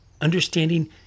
understanding